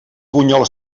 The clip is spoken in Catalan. bunyols